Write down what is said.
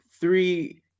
three